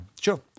sure